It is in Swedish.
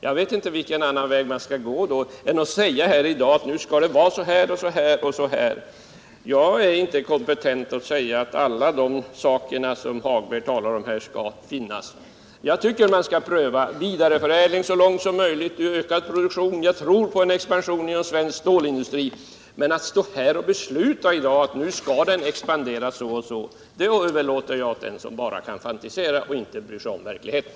Jag vet inte vilken annan väg man kan gå. Vi kan inte i dag säga att ”nu skall det vara så här och så här”. Nr 111 Jag är inte kompetent att säga att alla de saker skall finnas som herr Torsdagen den Hagberg här står och talar om. Jag tycker att man skall pröva vidareförädling 6 april 1978 så långt som möjligt vid ökad produktion. Jag tror på en expansion inom svensk stålindustri, men att här i dag besluta att industrin nu skall expandera så eller så överlåter jag åt dem som bara kan fantisera och inte bryr sig om verkligheten.